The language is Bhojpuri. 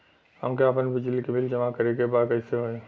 हमके आपन बिजली के बिल जमा करे के बा कैसे होई?